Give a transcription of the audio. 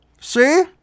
See